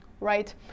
right